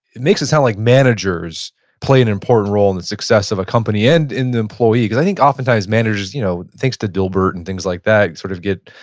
it makes it sounds like managers play an important role in the success of a company and in the employee because i think often times managers, you know thanks to bill burton and things like that, sort of get,